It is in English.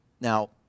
Now